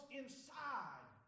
inside